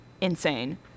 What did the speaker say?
insane